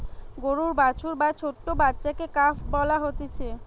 গরুর বাছুর বা ছোট্ট বাচ্চাকে কাফ বলা হতিছে